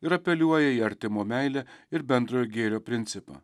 ir apeliuoja į artimo meilę ir bendrojo gėrio principą